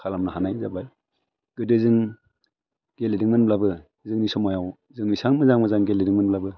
खालामनो हानाय जाबाय गोदो जों गेलेदोंमोनब्लाबो जोंनि समायाव जों इसिबां मोजां मोजां गेलेदोंमोनब्लाबो